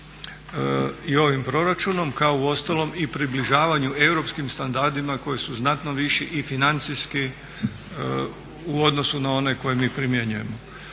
i ovim proračunom kao uostalom i približavanju europskim standardima koji su znatno viši i financijski u odnosu na one koje mi primjenjujemo.